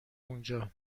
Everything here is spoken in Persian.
اونجا